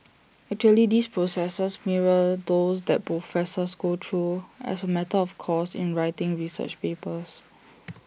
actually these processes mirror those that professors go through as A matter of course in writing research papers